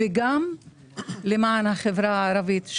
וגם למען החברה הערבית.